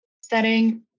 setting